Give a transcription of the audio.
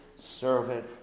servant